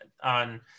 on